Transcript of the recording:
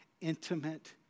intimate